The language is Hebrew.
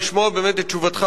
לשמוע באמת את תשובתך,